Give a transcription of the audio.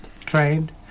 trained